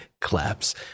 claps